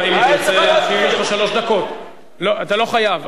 אם תרצה, יש לך שלוש דקות, אתה לא חייב.